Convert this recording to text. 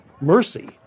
mercy